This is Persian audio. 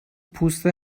پوست